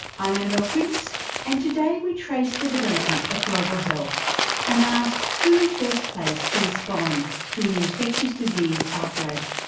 i'm annabelle quince and today we trace the development of global health and ask who is best placed to respond to an infectious disease outbreak.